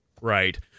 Right